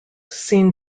seen